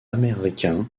américain